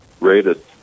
rated